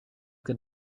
got